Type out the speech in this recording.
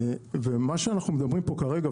ומה שאנחנו מדברים פה כרגע,